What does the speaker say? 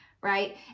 right